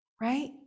Right